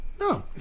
No